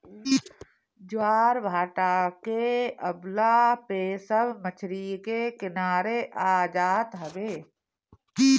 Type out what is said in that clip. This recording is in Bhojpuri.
ज्वारभाटा के अवला पे सब मछरी के किनारे आ जात हवे